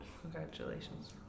congratulations